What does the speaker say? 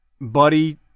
Buddy